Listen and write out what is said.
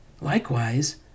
Likewise